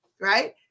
right